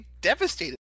devastated